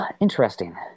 Interesting